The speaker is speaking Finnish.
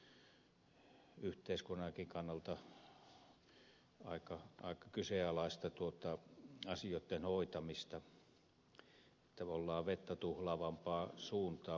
se on tämmöistä yhteiskunnankin kannalta aika kyseenalaista asioitten hoitamista ollaan vettä tuhlaavampaan suuntaan menossa